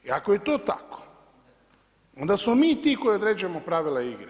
I ako je to tako onda smo mi ti koji određujemo pravila igre.